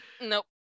nope